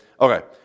Okay